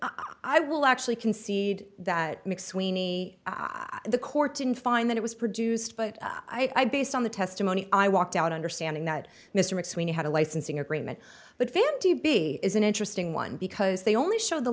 i will actually concede that mcsweeney the court didn't find that it was produced but i based on the test i walked out understanding that mr mcsweeney had a licensing agreement but fandy b is an interesting one because they only showed the